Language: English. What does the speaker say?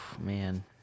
Man